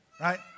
right